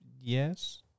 Yes